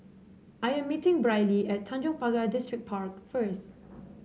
I am meeting Brylee at Tanjong Pagar Distripark first